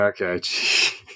Okay